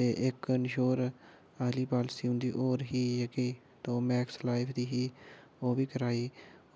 ते इक इंश्योर आह्ली पॉलिसी उं'दी होर ही जेह्की ओह् मैक्स लाइफ दी ही ओह् बी कराई